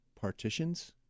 Partitions